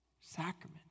sacrament